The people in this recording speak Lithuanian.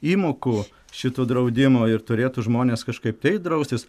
įmokų šito draudimo ir turėtų žmonės kažkaip tai draustis